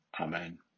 Amen